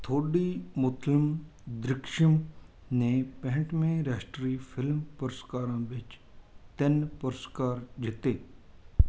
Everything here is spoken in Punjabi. ਥੋਂਡੀਮੁਥਲਿਮ ਦ੍ਰਿਕਸ਼ਿਅਮ ਨੇ ਪੈਂਹਠਵੇਂ ਰਾਸ਼ਟਰੀ ਫ਼ਿਲਮ ਪੁਰਸਕਾਰਾਂ ਵਿੱਚ ਤਿੰਨ ਪੁਰਸਕਾਰ ਜਿੱਤੇ